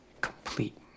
complete